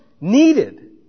needed